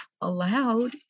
allowed